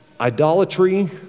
idolatry